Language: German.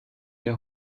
der